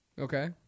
Okay